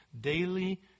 daily